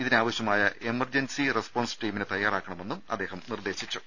ഇതിനാവശ്യമായ emergency response ടീമിനെ തയാറാക്കണമെന്നും അദ്ദേഹം നിർദേശിച്ചു